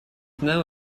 now